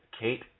Kate